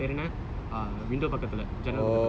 window பக்கத்துலே ஜன்னல் பக்கத்துலே: pakkathulae jannal pakkathulae